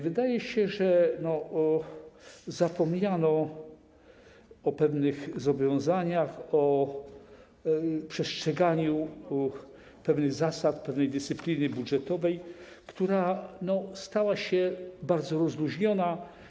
Wydaje się, że zapomniano o pewnych zobowiązaniach, o przestrzeganiu pewnych zasad, pewnej dyscypliny budżetowej, która stała się bardzo rozluźniona.